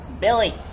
Billy